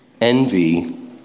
envy